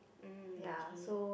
mm okay